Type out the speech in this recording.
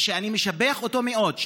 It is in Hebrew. שאני משבח אותו מאוד,